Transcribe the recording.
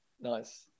nice